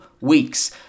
weeks